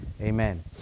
Amen